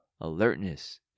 Alertness